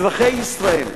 אזרחי ישראל,